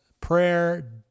prayer